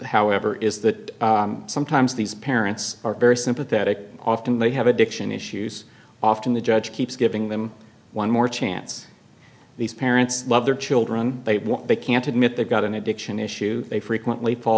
however is that sometimes these parents are very sympathetic often they have addiction issues often the judge keeps giving them one more chance these parents love their children they want they can't admit they've got an addiction issue they frequently fall